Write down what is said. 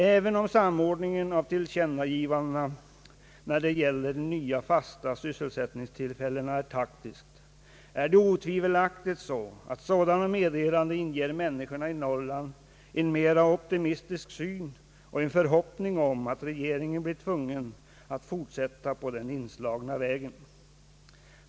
Även om samordningen av tillkännagivandena när det gäller nya fasta sysselsättningstillfällen är taktisk, är det otvivelaktigt så, att sådana meddelanden inger människorna i Norrland en mera optimistisk syn och en förhoppning om att regeringen blir tvungen att fortsätta på den inslagna vägen.